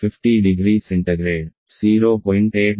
50 0C 0